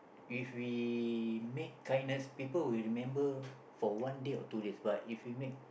if we make tenuous people will remember for one day or two days but if we make